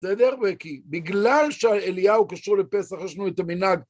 בסדר? וכי בגלל שאליהו קשור לפסח, ישנו את המנהג.